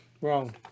wrong